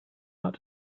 ought